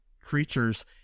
creatures